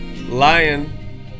lion